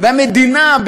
והמדינה,